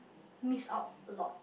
miss out a lot